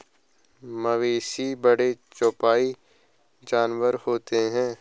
मवेशी बड़े चौपाई जानवर होते हैं